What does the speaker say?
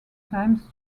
times